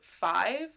five